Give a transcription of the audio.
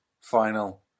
final